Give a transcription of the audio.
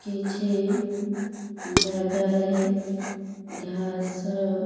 କିଛି ଜାଗାରେ ଘାସ